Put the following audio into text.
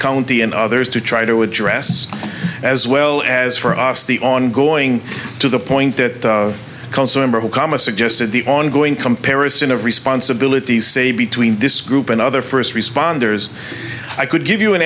county and others to try to address as well as for us the ongoing to the point that consumer will come a suggested the ongoing comparison of responsibilities say between this group and other first responders i could give you an